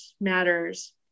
matters